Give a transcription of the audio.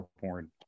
porn